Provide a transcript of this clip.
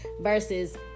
versus